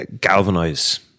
galvanize